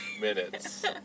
minutes